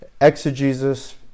Exegesis